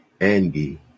Angie